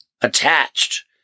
attached